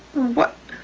what?